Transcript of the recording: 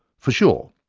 for sure,